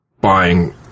buying